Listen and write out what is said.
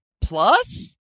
Plus